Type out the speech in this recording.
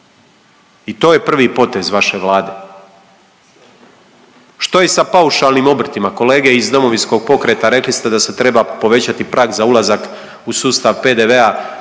I to je prvi potez vaše Vlade. Što je sa paušalnim obrtima, kolege iz Domovinskog pokreta, rekli ste da se treba povećati prag za ulazak u sustav PDV